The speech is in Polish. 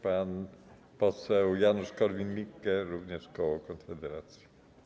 Pan poseł Janusz Korwin-Mikke, również koło Konfederacji.